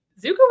Zuko